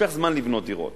לוקח זמן לבנות דירות.